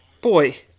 boy